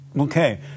Okay